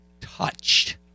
touched